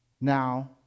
Now